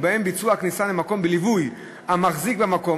ובהם ביצוע הכניסה למקום בליווי המחזיק במקום